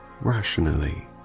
rationally